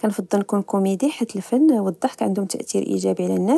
كنفضل نكون كوميدي حيت الفن والضحك عندهوم تاثير ايجابي على النا.